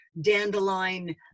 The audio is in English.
dandelion